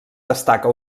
destaca